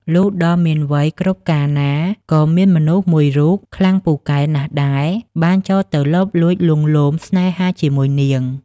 លុះដល់មានវ័យគ្រប់កាលណា ក៏មានមនុស្សមួយរូប ខ្លាំងពូកែណាស់ដែរ បានចូលទៅលបលួចលួងលោមស្នេហាជាមួយនាង។